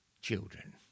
children